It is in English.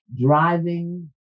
driving